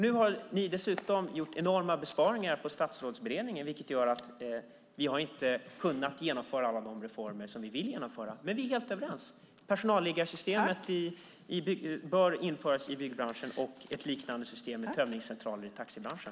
Nu har ni dessutom gjort enorma besparingar på Statsrådsberedningen, vilket gör att vi inte har kunnat genomföra alla de reformer som vi vill genomföra. Men vi är helt överens: personalliggarsystemet bör införas i byggbranschen och ett liknande system med tömningscentraler i taxibranschen.